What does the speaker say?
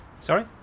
Sorry